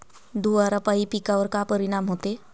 धुवारापाई पिकावर का परीनाम होते?